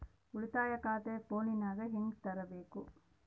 ಉಳಿತಾಯ ಖಾತೆ ಫೋನಿನಾಗ ಹೆಂಗ ತೆರಿಬೇಕು?